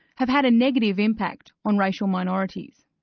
have had a negative impact on racial minorities.